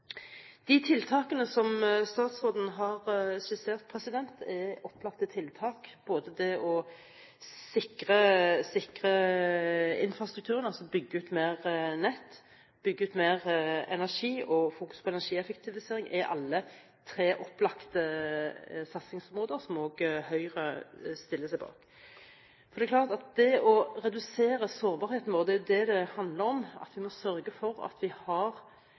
De tiltakene som statsråden har skissert, er opplagte tiltak. Både det å sikre infrastrukturen, altså å bygge ut mer nett, å bygge ut mer energi og å fokusere på energieffektivisering er alle tre opplagte satsingsområder som også Høyre stiller seg bak. Det er klart at det å redusere sårbarheten vår er det det handler om. Vi må sørge for at vi har